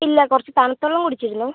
ഇല്ല കുറച്ച് തണുത്ത വെള്ളം കുടിച്ചിരുന്നു